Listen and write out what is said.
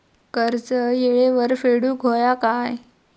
कर्ज येळेवर फेडूक होया काय?